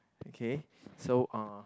okay so uh